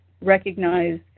recognize